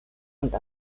und